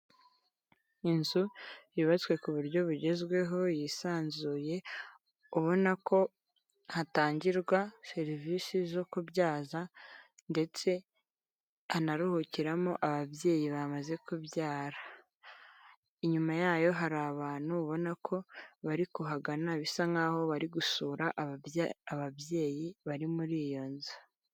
Inzu yubatswe ku buryo bugezweho yisanzuye ubona ko hatangirwa serivise zo kubyaza ndetse hanaruhukiramo ababyeyi bamaze kubyara, inyuma yayo hari abantu ubona ko bari kuhagana bisa nkaho bari gusura ababyeyi bari muri iyo nzu.